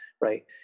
right